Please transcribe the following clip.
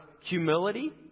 humility